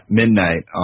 midnight